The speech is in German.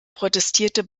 protestierte